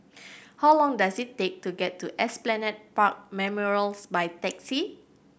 how long does it take to get to Esplanade Park Memorials by taxi